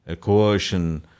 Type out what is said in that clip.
coercion